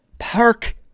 park